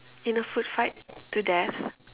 in a food fight to death